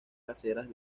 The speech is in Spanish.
caseras